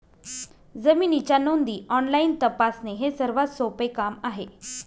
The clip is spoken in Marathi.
जमिनीच्या नोंदी ऑनलाईन तपासणे हे सर्वात सोपे काम आहे